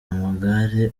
amagare